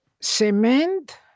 cement